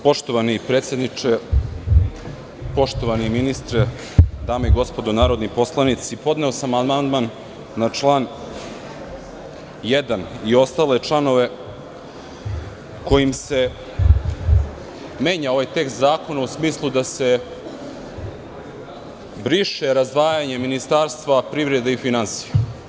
Poštovani predsedniče, poštovani ministre, dame i gospodo narodni poslanici, podneo sam amandman na član 1. i ostale članove kojim se menja ovaj tekst zakona u smislu da se briše razdvajanje Ministarstva privrede i finansija.